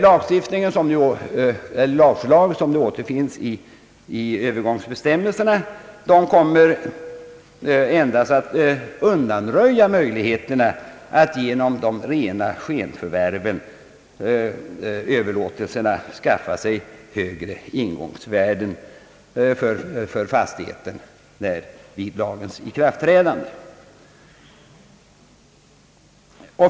De föreslagna Öövergångsbestämmelserna kommer endast att undanröja möjligheterna att genom rena skenöverlåtelser skaffa sig högre ingångsvärden för fastigheten vid lagens ikraftträdande.